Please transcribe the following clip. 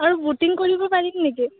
আৰু ব'টিং কৰিব পাৰিম নেকি